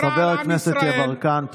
חבר הכנסת יברקן,